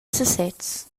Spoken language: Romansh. sesez